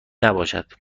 نباشد